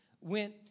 went